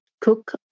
cook